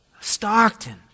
Stockton